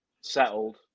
settled